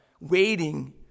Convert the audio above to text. waiting